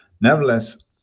Nevertheless